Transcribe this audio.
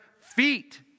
feet